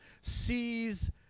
sees